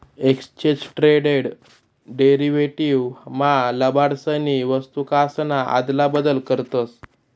exchange traded derivatives मा लबाडसनी वस्तूकासन आदला बदल करतस